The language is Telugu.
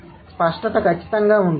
స్పష్టత ఖచ్చితంగా ఉంటుంది